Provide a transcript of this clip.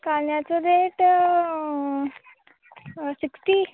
कांद्याचो rate sixty